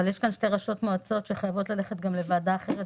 אבל יש כאן שתי ראשות מועצות שחייבות ללכת לוועדה אחרת.